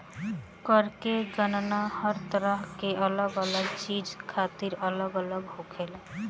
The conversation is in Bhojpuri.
कर के गणना हर तरह के अलग अलग चीज खातिर अलग अलग होखेला